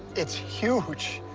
it's huge.